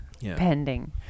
pending